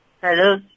Hello